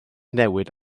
newid